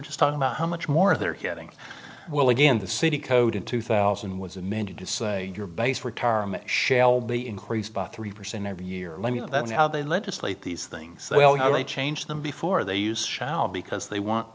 just talking about how much more they're getting well again the city code in two thousand was amended to say your base retirement shall be increased by three percent every year that now they legislate these things change them before they use shall because they want